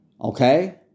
Okay